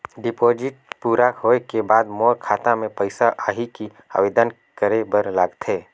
Deposit पूरा होय के बाद मोर खाता मे पइसा आही कि आवेदन करे बर लगथे?